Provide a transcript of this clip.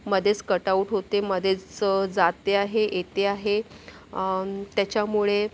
मध्येच कटआऊट होते मध्येच जाते आहे येते आहे त्याच्यामुळे